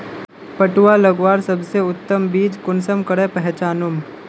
पटुआ लगवार सबसे उत्तम बीज कुंसम करे पहचानूम?